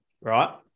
right